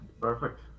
Perfect